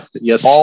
Yes